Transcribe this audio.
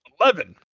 Eleven